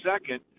second